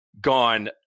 gone